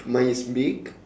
mine is big